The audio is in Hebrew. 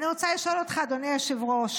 אני רוצה לשאול אותך, אדוני היושב-ראש,